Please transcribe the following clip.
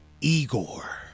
Igor